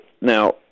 Now